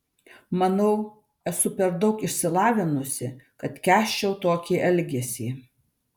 manau esu per daug išsilavinusi kad kęsčiau tokį elgesį